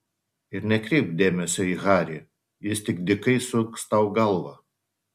ir nekreipk dėmesio į harį jis tik dykai suks tau galvą